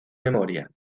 memoria